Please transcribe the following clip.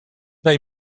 they